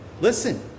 Listen